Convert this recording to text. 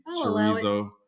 chorizo